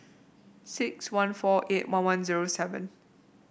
six one four eight one one zero seven